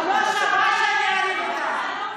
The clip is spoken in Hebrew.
את לא שווה שאני אריב איתך.